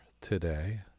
today